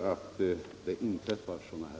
att sådana här fall inträffar.